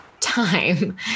time